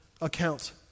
Account